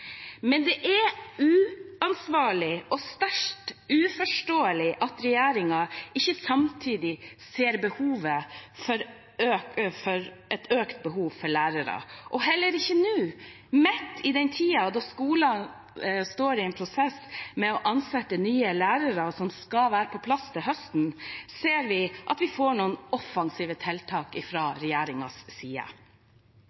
Men det er uansvarlig og sterkt uforståelig at regjeringen ikke samtidig ser det økte behovet for lærere. Heller ikke nå, midt i den tiden da skolene står i en prosess med å ansette nye lærere som skal være på plass til høsten, får vi noen offensive tiltak